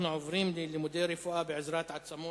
אנחנו עוברים ללימודי רפואה בעזרת עצמות,